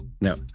no